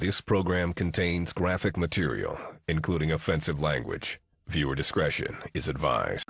this program contains graphic material including offensive language viewer discretion is advise